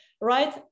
right